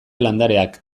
landareak